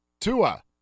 Tua